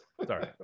Sorry